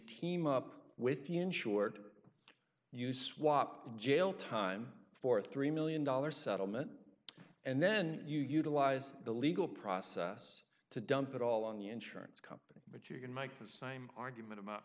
team up with the insured you swap jail time for three million dollars settlement and then you utilize the legal process to dump it all on the insurance company but you can michael sime argument